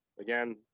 Again